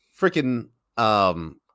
freaking